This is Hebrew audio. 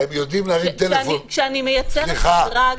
כשאני מייצרת מדרג --- סליחה.